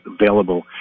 available